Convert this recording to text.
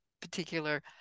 particular